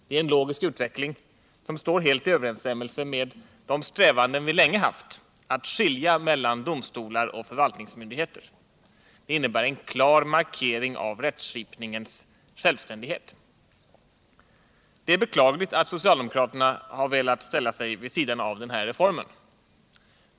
Det är en logisk utveckling, som står helt i överensstämmelse med de strävanden vi länge haft att skilja mellan domstolar och förvaltningsmyndigheter. Det innebär en klar markering av rättsskipningens självständighet. Det är beklagligt att socialdemokraterna har velat ställa sig vid sidan om den här reformen.